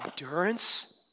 endurance